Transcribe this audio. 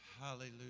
hallelujah